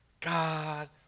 God